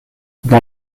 dans